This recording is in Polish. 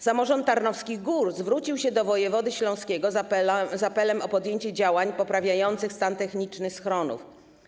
Samorząd Tarnowskich Gór zwrócił się do wojewody śląskiego z apelem o podjęcie działań poprawiających stan techniczny schronów.